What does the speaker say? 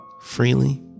freely